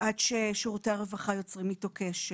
עד ששירותי הרווחה יוצרים איתו קשר.